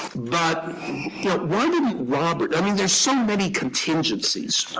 but why didn't roberts i mean, there's so many contingencies.